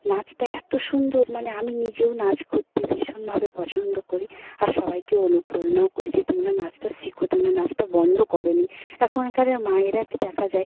নাচটা এত সুন্দর মানে আমি নিজেও নাচ করতে ভীষণভাবে পছন্দ করি আর সবাইকে অনুপ্রেরণাও করি যে তোমরা নাচটা শেখো তোমরা নাচটা বন্ধ করো না এখনকারের মায়েরাকে দেখা যায়